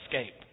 escape